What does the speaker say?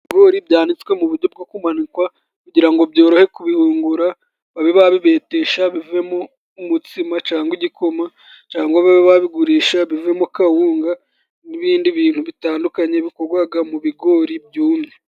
Ibigori byanitswe mu buryo bwo kumanikwa, kugira ngo byorohe kubihungura. Babe ba bibetesha bivemo umutsima, cyangwa igikoma, cyangwa babigurisha bivemo kawunga n'ibindi bintu bitandukanye, bikorwaga mu bigori byumye.